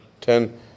Ten